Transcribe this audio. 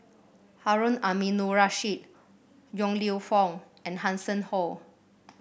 Harun Aminurrashid Yong Lew Foong and Hanson Ho